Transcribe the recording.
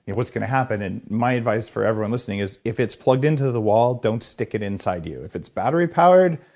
what's going to happen? and my advice for everyone listening is if it's plugged into the wall, don't stick it inside you. if it's batter powered,